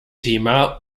thema